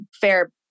fair